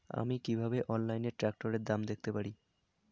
আমি কিভাবে অনলাইনে ট্রাক্টরের দাম দেখতে পারি?